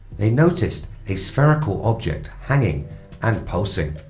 they noticed a spherical objecting hanging and pulsing.